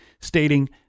stating